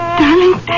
darling